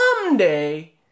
someday